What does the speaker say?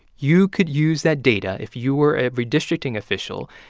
you could use that data, if you were a redistricting official,